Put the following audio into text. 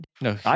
No